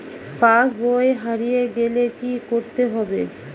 পাশবই হারিয়ে গেলে কি করতে হবে?